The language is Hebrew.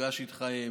נפגש איתכם,